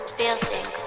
building